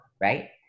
right